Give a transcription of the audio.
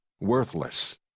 worthless